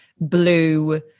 blue